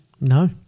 no